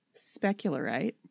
specularite